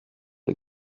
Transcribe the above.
les